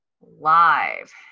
live